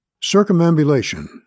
Circumambulation